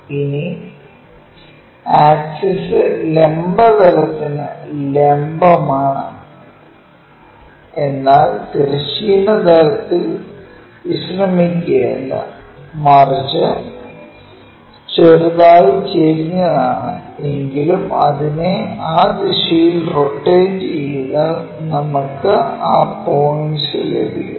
ഇനി ആക്സിസ് ലംബ തലത്തിനു ലംബം ആണ് എന്നാൽ തിരശ്ചീന തലത്തിൽ വിശ്രമിക്കുകയല്ല മറിച്ചു ചെറുതായി ചെരിഞ്ഞാണ് എങ്കിൽ അതിനെ ആ ദിശയിൽ റൊട്ടേറ്റ് ചെയ്താൽ നമുക്കു ആ പോയ്ന്റ്സ് ലഭിക്കും